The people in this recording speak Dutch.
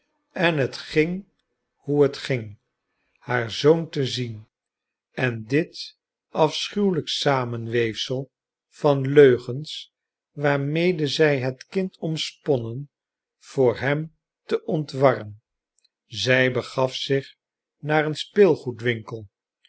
en het ging hoe het ging haar zoon te zien en dit afschuwelijk samenweefsel van leugens waarmee zij het kind omsponnen voor hem te ontwarren zij begaf zich naar een speelgoedwinkel